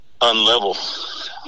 unlevel